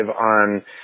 on